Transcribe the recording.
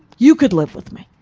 you could live with me.